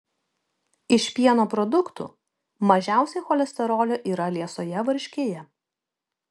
iš pieno produktų mažiausiai cholesterolio yra liesoje varškėje